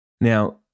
Now